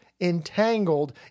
entangled